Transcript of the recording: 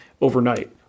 overnight